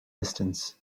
distance